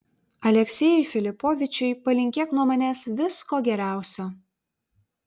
aleksejui filipovičiui palinkėk nuo manęs visko geriausio